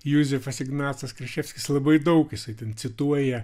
juzefas ignacas kraševskis labai daug jisai ten cituoja